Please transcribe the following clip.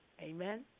Amen